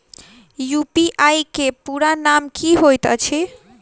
UPI केँ पूरा नाम की होइत अछि?